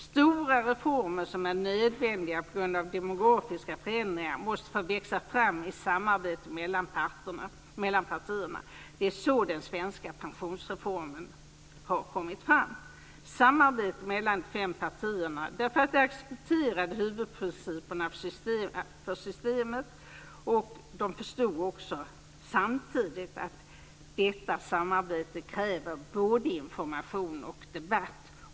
Stora reformer som är nödvändiga på grund av demografiska förändringar måste få växa fram i samarbete mellan partierna. Det är så den svenska pensionsreformen har kommit fram - i samarbete mellan de fem partierna, därför att de accepterade huvudprinciperna för systemet. De förstod också samtidigt att detta samarbete kräver både information och debatt.